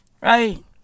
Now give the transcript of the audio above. Right